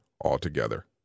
altogether